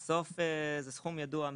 בסוף זה סכום ידוע מראש.